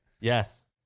yes